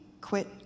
quit